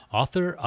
author